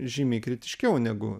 žymiai kritiškiau negu